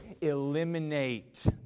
eliminate